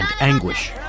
anguish